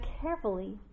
carefully